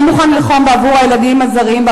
אתה מוכן ללחום בעבור הילדים הזרים,